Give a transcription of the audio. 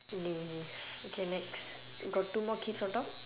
too lazy okay next got two more kids on top